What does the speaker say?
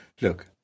look